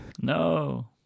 no